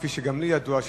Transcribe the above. כפי שגם לי ידוע,